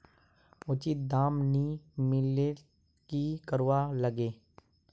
उचित दाम नि मिलले की करवार लगे?